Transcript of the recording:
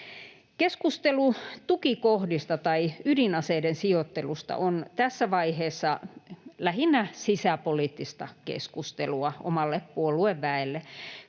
Keskustelu tukikohdista tai ydinaseiden sijoittelusta on tässä vaiheessa lähinnä sisäpoliittista keskustelua omalle puolueväelle.